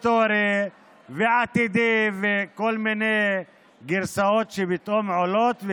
היסטורי ועתידי וכל מיני גרסאות שפתאום עולות.